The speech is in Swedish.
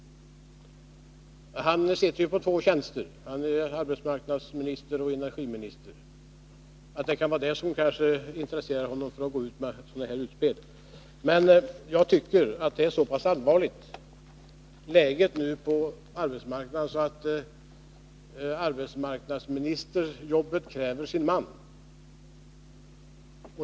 Han sitter på två tjänster — han är arbetsmarknadsminister och energiminister — och det kanske kan vara detta som gör honom intresserad av att gå ut med sådana här utspel. Jag tycker att läget på arbetsmarknaden nu är så pass allvarligt att arbetsmarknadsministerjobbet kräver sin man.